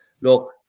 Look